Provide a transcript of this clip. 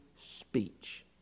speech